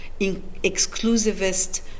exclusivist